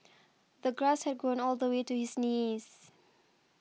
the grass had grown all the way to his knees